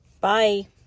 Bye